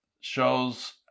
shows